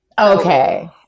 Okay